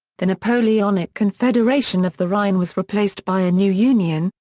the napoleonic confederation of the rhine was replaced by a new union,